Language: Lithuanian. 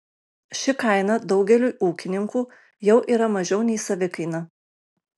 ši kaina daugeliui ūkininkų jau yra mažiau nei savikaina